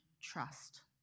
trust